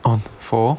oh for